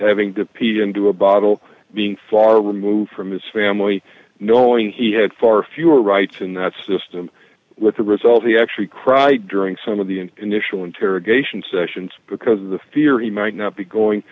having to pee into a bottle being far removed from his family knowing he had far fewer rights in that system with the result he actually cried during some of the initial interrogation sessions because of the fear he might not be going